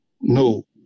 No